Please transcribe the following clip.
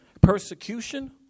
persecution